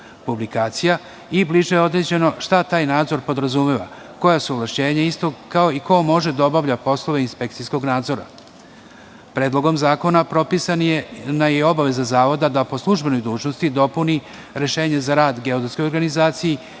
publikacija i bliže je određeno šta taj nadzor podrazumeva, koja su ovlašćenja istog, kao i ko može da obavlja poslove inspekcijskog nadzora. Predlogom zakona propisana je i obaveza zavoda da po službenoj dužnosti dopuni rešenje za rad geodetskoj organizaciji